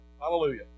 Hallelujah